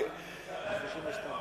אני מתקרב.